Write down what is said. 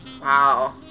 wow